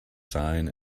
sign